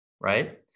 right